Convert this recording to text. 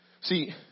See